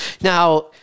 Now